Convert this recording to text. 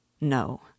No